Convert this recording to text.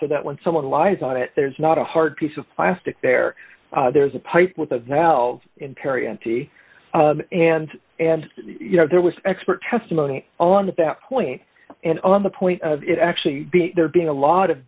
so that when someone lies on it there's not a hard piece of plastic there there's a pipe with a valve in perry empty and and you know there was expert testimony on that that point and on the point of it actually there being a lot of